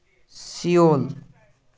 Seoul